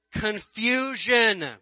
confusion